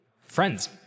Friends